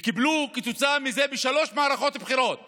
והם קיבלו כתוצאה מזה בשלוש מערכות בחירות